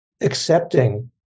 accepting